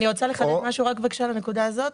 אני רוצה לחדד משהו לנקודה הזאת.